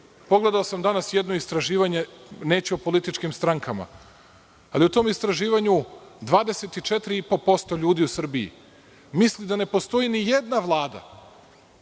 uradi. Pogledao sam danas jedno istraživanje, neću o političkim strankama. Ali u tom istraživanju 24,5% ljudi u Srbiji misli da ne postoji ni jedna vlada